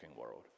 world